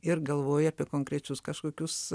ir galvoji apie konkrečius kažkokius